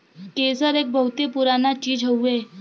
केसर एक बहुते पुराना चीज हउवे